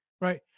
right